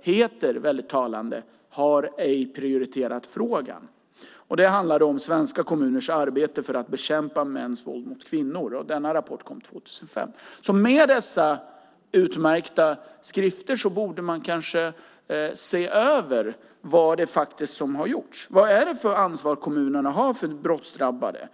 heter, talande, Har ej prioriterat frågan . Rapporten handlar om svenska kommuners arbete för att bekämpa mäns våld mot kvinnor. Denna rapport kom 2005. Med hjälp av dessa utmärkta skrifter borde man kanske se över vad som faktiskt har gjorts. Vilket ansvar har kommunerna för brottsdrabbade?